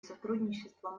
сотрудничество